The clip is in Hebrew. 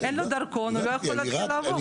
אין לו דרכון, הוא לא יכול להתחיל לעבוד.